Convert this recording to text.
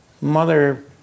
Mother